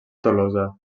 tolosa